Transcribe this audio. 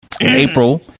April